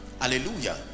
hallelujah